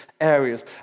areas